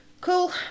Cool